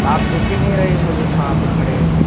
आप दिख ही नहीं रहे मुझे कहाँ पर खड़े हैं